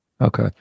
Okay